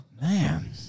Man